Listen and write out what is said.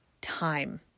time